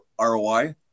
ROI